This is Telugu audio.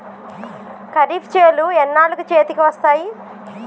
ఖరీఫ్ చేలు ఎన్నాళ్ళకు చేతికి వస్తాయి?